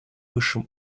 высшем